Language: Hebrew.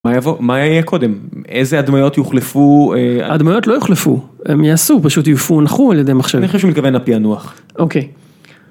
מה יהיה קודם איזה הדמיות יוחלפו. הדמיות לא יוחלפו הם יעשו פשוט יופענחו על ידי מחשבים. אני חושב שהוא מתכוון לפיענוח. אוקיי